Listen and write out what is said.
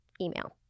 email